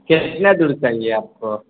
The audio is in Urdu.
کتنا دور چاہیے آپ کو